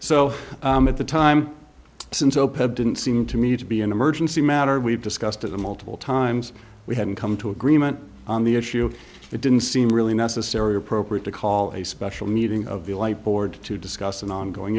so at the time since opec didn't seem to me to be an emergency matter we've discussed it a multiple times we had come to agreement on the issue it didn't seem really necessary or appropriate to call a special meeting of the light board to discuss an ongoing